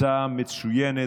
הצעה מצוינת.